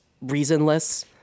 reasonless